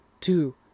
Two